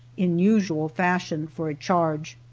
in usual fashion, for a charge.